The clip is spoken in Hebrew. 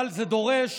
אבל זה דורש,